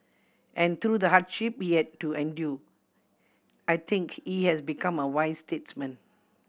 and through the hardship he had to endure I think he has become a wise statesman